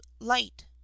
light